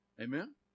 Amen